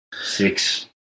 Six